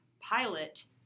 pilot